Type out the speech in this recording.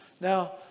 Now